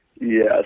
Yes